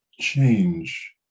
change